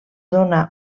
dóna